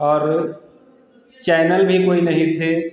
और चैनल भी कोई नहीं थे